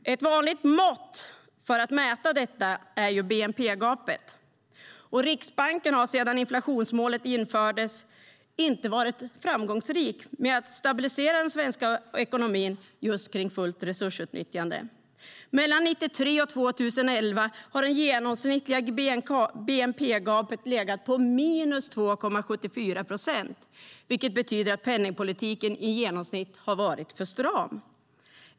Ett vanligt mått för att mäta detta är bnp-gapet. Sedan inflationsmålet infördes har Riksbanken inte varit framgångsrik med att stabilisera den svenska ekonomin kring fullt resursutnyttjande. Mellan 1993 och 2011 har det genomsnittliga bnp-gapet legat på 2,74 procent, vilket betyder att penningpolitiken i genomsnitt har varit för stram.